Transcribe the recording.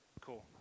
Cool